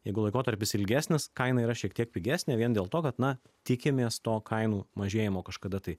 jeigu laikotarpis ilgesnis kaina yra šiek tiek pigesnė vien dėl to kad na tikimės to kainų mažėjimo kažkada tai